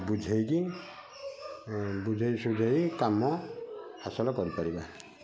ବୁଝାଇକି ବୁଝାଇ ଶୁଝାଇ କାମ ହାସଲ କରିପାରିବା